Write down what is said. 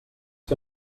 que